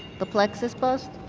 the plexus post?